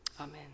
Amen